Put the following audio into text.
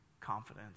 confidence